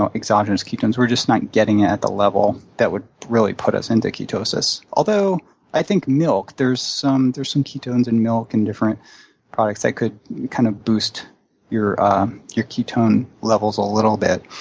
um exogenous ketones. we're just not getting it at the level that would really put us into ketosis, although i think milk, there's some there's some ketones in milk and different products that could kind of boost your your ketone levels a little bit.